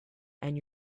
and